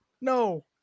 no